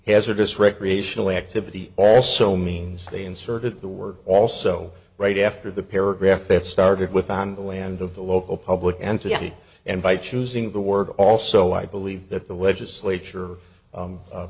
hazardous recreational activity also means they inserted the word also right after the paragraph it started with on the land of the local public entity and by choosing the word also i believe that the legislature